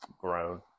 grown